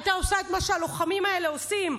היו עושים את מה שהלוחמים האלה עושים,